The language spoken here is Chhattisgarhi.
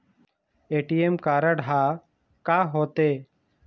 ए.टी.एम कारड हा का होते?